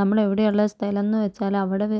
നമ്മള് എവിടെയാ ഉള്ളത് സ്ഥലം എന്നു വച്ചാല് അവിടെ വ